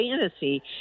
fantasy